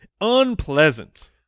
unpleasant